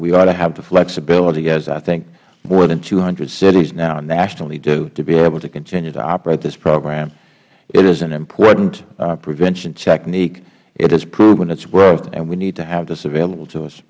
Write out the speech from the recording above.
we ought to have the flexibility as i think more than two hundred cities now nationally do to be able to continue to operate this program it is an important prevention technique it has proven its worth and we need to have this available to us